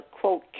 quote